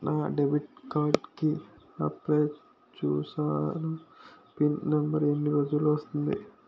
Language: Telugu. నా డెబిట్ కార్డ్ కి అప్లయ్ చూసాను పిన్ నంబర్ ఎన్ని రోజుల్లో వస్తుంది?